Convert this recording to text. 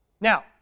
Now